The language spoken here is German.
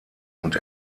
und